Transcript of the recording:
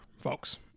folks